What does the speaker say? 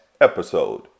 episode